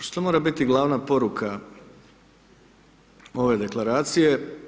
Što mora biti glavna poruka ove deklaracije?